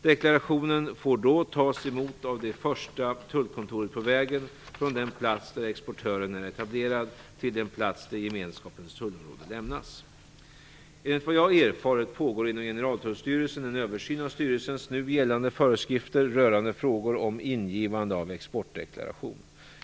Deklarationen får då tas emot av det första tullkontoret på vägen från den plats där exportören är etablerad till den plats där gemenskapens tullområde lämnas. Enligt vad jag erfarit pågår inom Generaltullstyrelsen en översyn av styrelsens nu gällande föreskrifter rörande frågor om ingivande av exportdeklaration.